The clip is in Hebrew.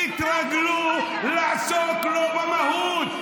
תתרגלו לעסוק לא במהות.